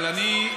אבל אני,